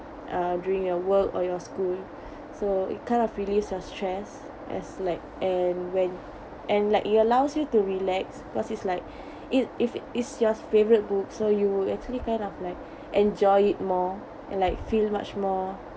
uh during your work or your school so it kind of relieves your stress as like and when and like you allows you to relax because it's like it if it is your favourite books so you would actually kind of like enjoy it more and like feel much more